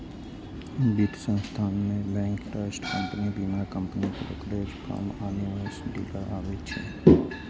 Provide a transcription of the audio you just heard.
वित्त संस्थान मे बैंक, ट्रस्ट कंपनी, बीमा कंपनी, ब्रोकरेज फर्म आ निवेश डीलर आबै छै